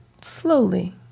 slowly